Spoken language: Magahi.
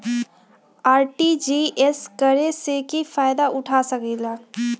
आर.टी.जी.एस करे से की फायदा उठा सकीला?